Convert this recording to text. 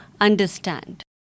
understand